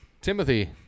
Timothy